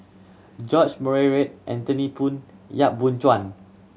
George Murray Reith Anthony Poon Yap Boon Chuan